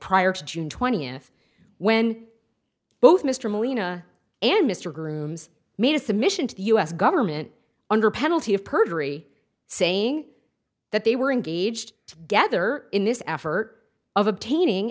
prior to june twentieth when both mr molina and mr grooms made a submission to the u s government under penalty of perjury saying that they were engaged together in this effort of obtaining